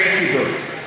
אלפי יחידות,